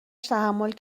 تحمل